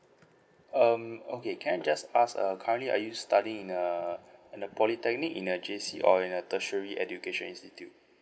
um okay can I just ask uh currently are you studying in a in a polytechnic in a J_C or in a tertiary education institute